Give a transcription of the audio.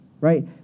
right